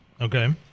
Okay